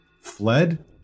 fled